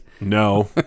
No